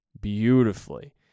beautifully